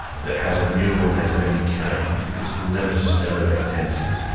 that has a neural net of any kind is called nematostella vectensis.